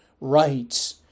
rights